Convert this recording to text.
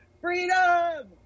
freedom